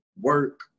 work